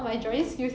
oh